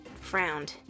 frowned